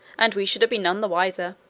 and we should have been none the wiser.